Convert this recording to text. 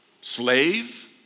slave